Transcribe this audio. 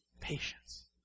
patience